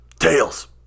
tails